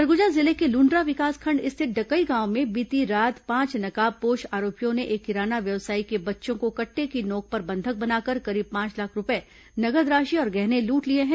सरगुजा जिले के लुण्ड्रा विकासखंड स्थित डकई गांव में बीती रात पांच नकाबपोश आरोपियों ने एक किराना व्यवसायी के बच्चों को कट्टे की नोंक पर बंधक बनाकर करीब पांच लाख रूपये नगद राशि और गहने लूट लिए हैं